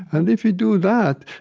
and if you do that,